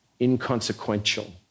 inconsequential